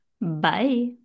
Bye